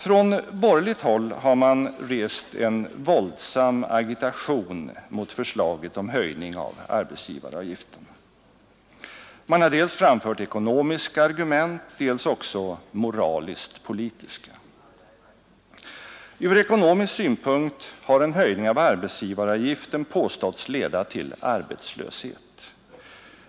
Från borgerligt håll har man satt in en våldsam agitation mot förslaget om höjning av arbetsgivaravgiften. Man har dels framfört ekonomiska argument, dels också moraliskt-politiska. Från ekonomisk synpunkt har en höjning av arbetsgivaravgiften påståtts leda till arbetslöshet.